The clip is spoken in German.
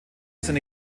seine